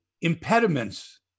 impediments